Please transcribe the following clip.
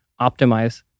optimize